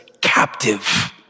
captive